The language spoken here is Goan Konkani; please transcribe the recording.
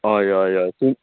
हय हय हय तूं